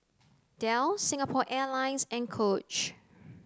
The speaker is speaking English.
Dell Singapore Airlines and Coach